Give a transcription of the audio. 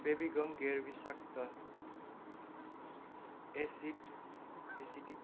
फेभिगम गैर विषाक्त acid adhesive